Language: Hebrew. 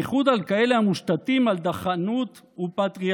בייחוד על כאלה המושתתים על דכאנות ופטריארכיה,